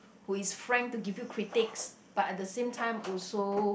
who is frank to give you critics but at the same time also